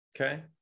Okay